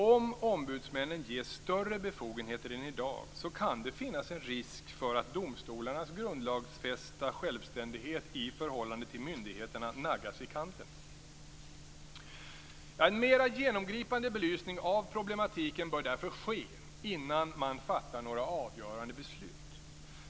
Om ombudsmännen ges större befogenheter än i dag kan det finnas en risk för att domstolarnas grundlagsfästa självständighet i förhållande till myndigheterna naggas i kanten. En mera genomgripande belysning av problematiken bör därför ske innan man fattar några avgörande beslut.